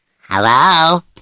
Hello